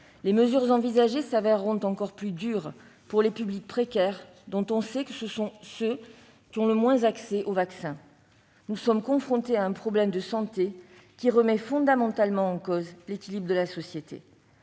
les mesures envisagées s'avéreront encore plus dures pour les publics précaires. Or nous savons que ce sont eux qui ont le moins accès aux vaccins. Nous sommes confrontés à un problème de santé qui remet fondamentalement en cause l'équilibre de la société.